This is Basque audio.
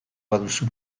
baduzu